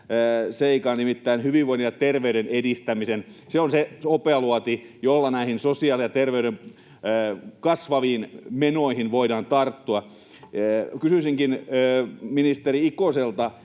seikan, nimittäin hyvinvoinnin ja terveyden edistämisen. Se on se hopealuoti, jolla näihin sosiaali- ja terveydenhuollon kasvaviin menoihin voidaan tarttua. Kysyisinkin ministeri Ikoselta: